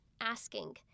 asking